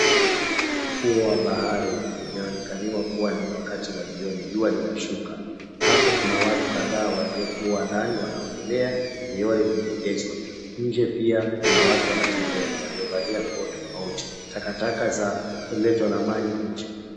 Ufuo wa bahari linaonekaniwa ni wakati wa jua, likiwa linashuka hapo kuna watu kadhaa waliokuwa ndani wanaogelea , Vioo vimeregeshwa. Nje pia Kuna watu wanatembea waliokuwa wamevalia nguo tofauti takataka zimeletwa na maji nje.